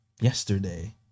Yesterday